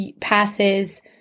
passes